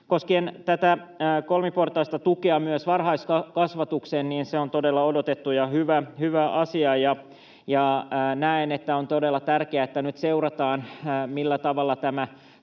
Koskien tätä kolmiportaista tukea myös varhaiskasvatuksessa: Se on todella odotettu ja hyvä asia. Näen, että on todella tärkeää, että nyt seurataan, millä tavalla tämä